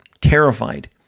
terrified